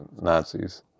Nazis